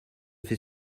fait